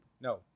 No